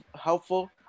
helpful